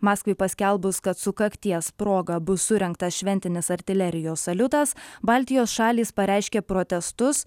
maskvai paskelbus kad sukakties proga bus surengtas šventinis artilerijos saliutas baltijos šalys pareiškė protestus